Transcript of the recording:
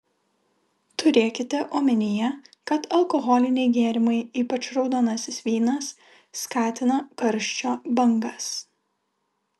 turėkite omenyje kad alkoholiniai gėrimai ypač raudonasis vynas skatina karščio bangas